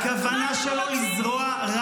וזה שראש המפלגה שלך --- הכוונה שלו היא לזרוע רעל,